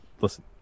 Listen